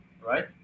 right